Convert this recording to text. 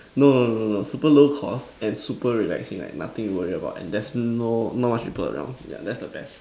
no no no no no super low cost and super relaxing right nothing to worry about and there's no not much people around yeah that's the best